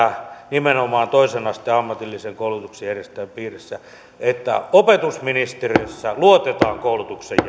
nimenomaan toisen asteen ammatillisen koulutuksen järjestäjien piirissä toivotaan sitä ministeri grahn laasonen että opetusministeriössä luotetaan koulutuksen